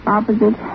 Opposite